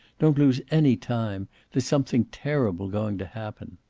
don't lose any time. there's something terrible going to happen.